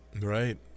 Right